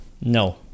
no